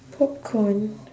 popcorn